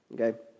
Okay